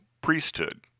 priesthood